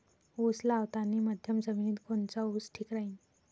उस लावतानी मध्यम जमिनीत कोनचा ऊस ठीक राहीन?